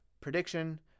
prediction